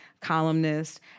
columnist